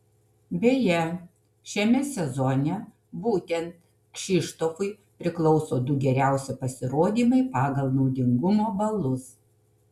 beje šiame sezone būtent kšištofui priklauso du geriausi pasirodymai pagal naudingumo balus